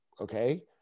okay